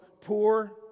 poor